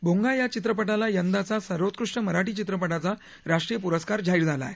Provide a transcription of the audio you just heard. भोंगा या चित्रपटाला यंदाचा सर्वोत्कृष्ट मराठी चित्रपटाचा राष्ट्रीय पुरस्कार जाहीर झाला आहे